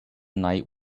night